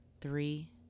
three